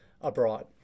abroad